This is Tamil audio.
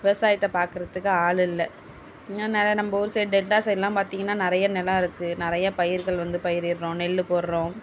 விவசாயத்தை பாக்கிறத்துக்கு ஆள் இல்லை இன்னும் நிறைய நம்ம ஊர் சைடு டெல்டா சைடுலாம் பார்த்திங்கன்னா நிறையா நிலம் இருக்கு நிறையா பயிர்கள் வந்து பயிரிடுறோம் நெல் போடுறோம்